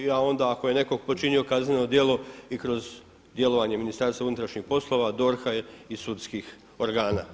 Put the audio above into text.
I ja onda ako je netko počinio kazneno djelo i kroz djelovanje Ministarstva unutrašnjih poslova, DORH-a i sudskih organa.